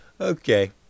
Okay